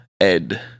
Ed